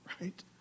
right